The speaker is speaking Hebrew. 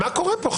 מה קורה פה?